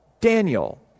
Daniel